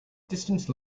distance